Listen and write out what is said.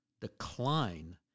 decline